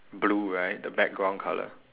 blue right the background colour